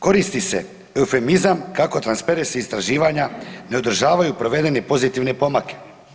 Koristi se femizam kako transperisi istraživanja ne održavaju provedene pozitivne pomake.